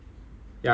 Bangkok ah